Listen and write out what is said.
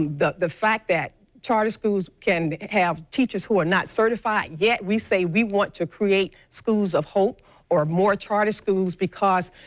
the the fact that charter schools can have teachers who are not certified certified yet we say we want to create schools of hope or more charter schools because